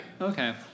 Okay